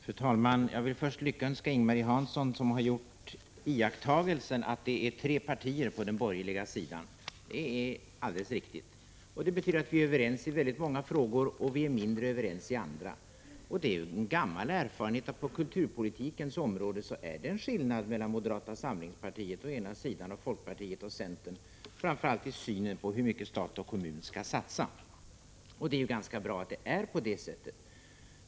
Fru talman! Jag vill först lyckönska Ing-Marie Hansson, som har gjort SORhet mam iakttagelsen att det är tre partier på den borgerliga sidan. Det är alldeles riktigt. Vi är överens i väldigt många frågor och mindre överens i andra. Det är en gammal erfarenhet att det på kulturpolitikens område är en skillnad mellan moderata samlingspartiet å ena sidan och folkpartiet och centern å den andra framför allt när det gäller synen på hur mycket stat och kommun skall satsa. Det är ganska bra att det är på det sättet.